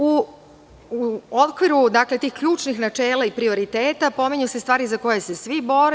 U okviru tih ključnih načela i prioriteta pominju se stvari za koje se svi bore.